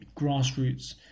grassroots